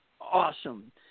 awesome